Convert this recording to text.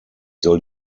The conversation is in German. soll